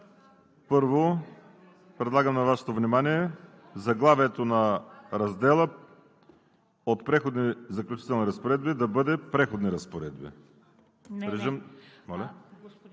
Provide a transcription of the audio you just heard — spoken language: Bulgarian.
Предлагам на Вашето внимание заглавието на раздела „Преходни и заключителни разпоредби“ да бъде „Преходни разпоредби“.